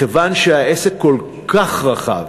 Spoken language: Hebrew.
מכיוון שהעסק כל כך רחב.